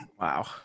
Wow